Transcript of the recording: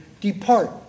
Depart